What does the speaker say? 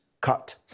cut